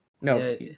No